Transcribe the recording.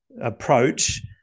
approach